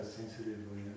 sensitively